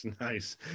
nice